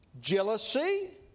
Jealousy